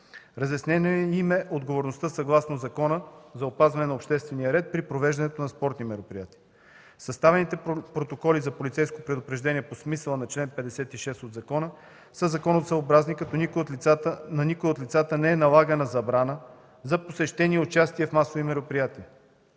Разяснена им е и отговорността съгласно Закона за опазване на обществения ред при провеждането на спортни мероприятия. Съставените протоколи за полицейско предупреждение по смисъла на чл. 56 от закона са законосъобразни, като на никое от лицата не е налагана забрана за посещение и участие в масови мероприятия.